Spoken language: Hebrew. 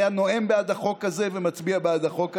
היה נואם בעד החוק הזה ומצביע בעד החוק הזה,